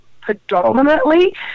predominantly